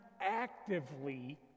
actively